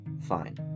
Fine